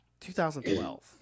2012